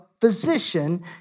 physician